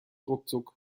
ruckzuck